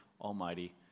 Almighty